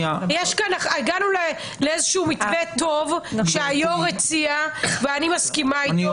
הגענו למתווה טוב שהיושב-ראש הציע ואני מסכימה איתו,